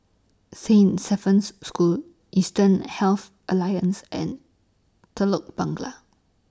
Saint School Eastern Health Alliance and Telok